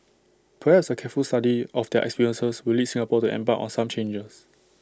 perhaps A careful study of their experiences will lead Singapore to embark on some changes